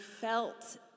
felt